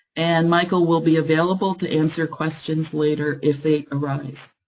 and michael will be available to answer questions later, if they arise.